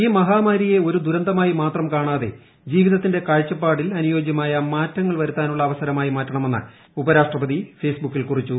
ഈ മഹാമാരിയെ ഒരു ദുരന്തമായി മാത്രം കാണാതെ ജീവിതത്തിന്റെ കാഴ്ചപ്പാടിൽ അനുയോജ്യമായ മാറ്റങ്ങൾ വരുത്താനുള്ള അവസരമായി മാറ്റണമെന്ന് ഉപരാഷ്ട്രപതി ഫേസ്ബുക്ക് പേജിൽ കുറിച്ചു